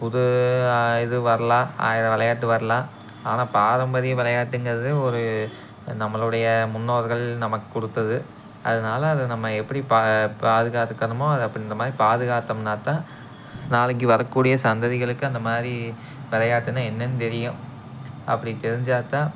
புது இது வரலாம் ஆயிரம் விளையாட்டு வரலாம் ஆனால் பாரம்பரிய விளையாட்டுங்கறது ஒரு நம்மளுடைய முன்னோர்கள் நமக்குக் கொடுத்தது அதனால அதை நம்ம எப்படி பா பாதுகாத்துக்கணுமோ அதை அப்படி இந்தமாதிரி பாதுகாத்தோம்ன்னாதான் நாளைக்கு வரக்கூடிய சந்ததிகளுக்கு அந்தமாதிரி விளையாட்டுன்னா என்னன்னு தெரியும் அப்படி தெரிஞ்சால் தான்